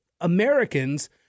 Americans